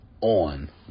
on